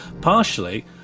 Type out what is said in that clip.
Partially